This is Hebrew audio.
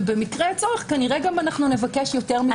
ובמקרה הצורך נבקש כנראה יותר מזה.